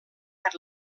per